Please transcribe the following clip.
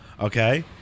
okay